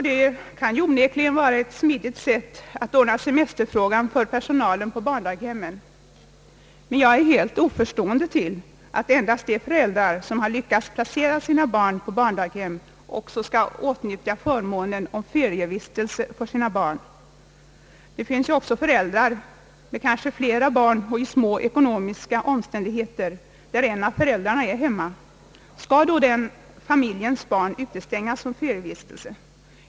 Detta kan onekligen vara ett smidigt sätt att ordna semesterfrågan för personalen på barndaghemmen, men jag ställer mig helt oförstående till att endast föräldrar som lyckats placera sina barn på daghem skall åtnjuta förmånen av ferievistelse för sina barn. Det finns ju också familjer, kanske med flera barn och i blygsamma ekonomiska omständigheter, där en av föräldrarna är hemma. Skall barnen i en sådan familj utestängas från sådan ferievistelse?